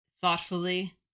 thoughtfully